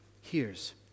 hears